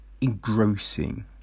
Engrossing